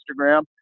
Instagram